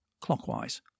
Clockwise